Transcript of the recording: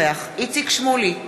איציק שמולי,